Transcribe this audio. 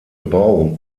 bau